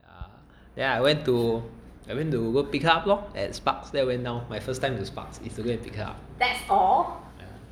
yeah then I went to I went to go pick her up lor at sparks then I went down my first time at sparks is to go pick her up